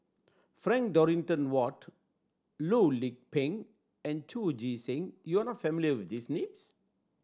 Frank Dorrington Ward Loh Lik Peng and Chu Chee Seng you are not familiar with these names